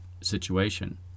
situation